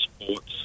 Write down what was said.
sports